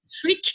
trick